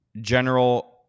General